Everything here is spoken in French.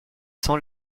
sans